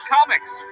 Comics